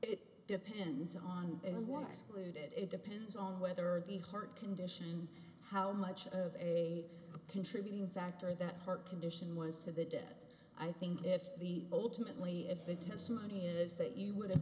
it depends on it one excluded it depends on whether the heart condition how much of a contributing factor that heart condition was to the dead i think if the ultimately if the testimony is that you would have